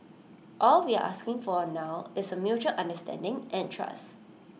all we're asking for now is A mutual understanding and trust